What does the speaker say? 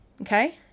Okay